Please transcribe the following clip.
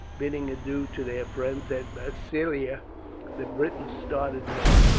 bidding adieu to their friends at massilia the britons started north.